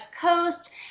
coast